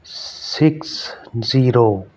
six zero